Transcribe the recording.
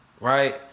right